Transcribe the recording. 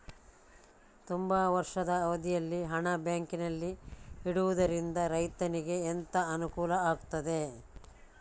ತುಂಬಾ ವರ್ಷದ ಅವಧಿಯಲ್ಲಿ ಹಣ ಬ್ಯಾಂಕಿನಲ್ಲಿ ಇಡುವುದರಿಂದ ರೈತನಿಗೆ ಎಂತ ಅನುಕೂಲ ಆಗ್ತದೆ?